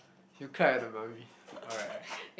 you cried at the mummy alright